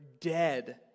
dead